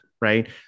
right